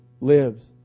lives